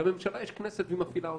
שלממשלה יש כנסת והיא מפעילה אותה.